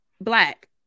Black